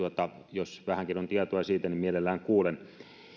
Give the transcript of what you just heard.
jos vähänkin on tietoa siitä niin mielelläni kuulen